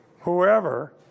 whoever